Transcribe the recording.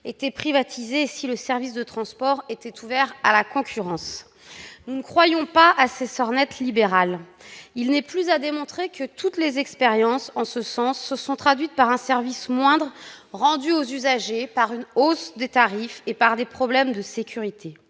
était privatisée et si le service de transport était totalement ouvert à la concurrence. Nous ne croyons pas à ces sornettes libérales. Il n'est plus à démontrer que toutes les expériences menées en ce sens ont conduit à une réduction du service rendu aux usagers, à une hausse des tarifs et à des problèmes de sécurité.